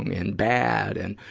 and bad and,